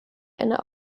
eine